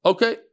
Okay